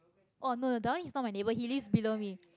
oh no no that one he's not my neighbour he lives below me